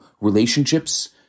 relationships